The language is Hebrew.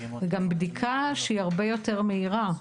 זו גם בדיקה שהיא הרבה יותר מהירה.